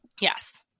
Yes